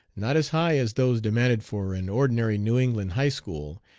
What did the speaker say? not as high as those demanded for an ordinary new england high school,